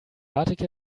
article